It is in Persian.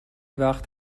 وقت